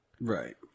Right